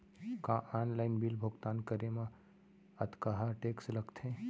का online bill भुगतान करे मा अक्तहा टेक्स लगथे?